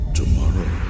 tomorrow